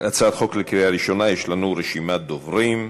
הצעת חוק לקריאה ראשונה, יש לנו רשימת דוברים.